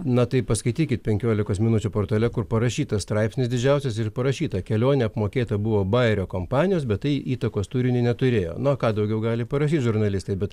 na tai paskaitykit penkiolikos minučių portale kur parašytas straipsnis didžiausias ir parašyta kelionė apmokėta buvo baerio kompanijos bet tai įtakos turiniui neturėjo na ką daugiau gali parašyt žurnalistai bet